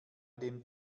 dem